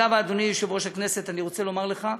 אגב, אדוני יושב-ראש הכנסת, אני רוצה לומר לך: